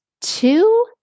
two